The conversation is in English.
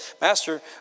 master